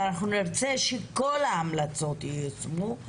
ונרצה שכל ההמלצות ייושמו,